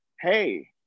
hey